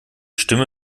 stimme